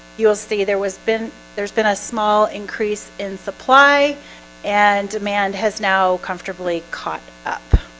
you'll see there was been there's been a small increase in supply and demand has now comfortably caught up